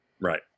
right